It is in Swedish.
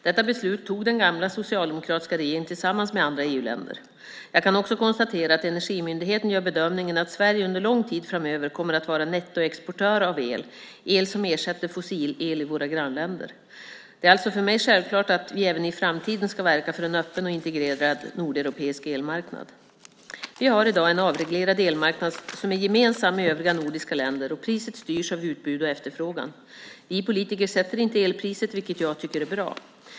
Detta beslut fattade den gamla socialdemokratiska regeringen tillsammans med andra EU-länder. Jag kan också konstatera att Energimyndigheten gör bedömningen att Sverige under lång tid framöver kommer att vara nettoexportör av el - el som ersätter fossilel i våra grannländer. Det är alltså för mig självklart att vi även i framtiden ska verka för en öppen och integrerad nordeuropeisk elmarknad. Vi har i dag en avreglerad elmarknad som är gemensam med övriga nordiska länder, och priset styrs av utbud och efterfrågan. Vi politiker sätter inte elpriset, vilket jag tycker är bra.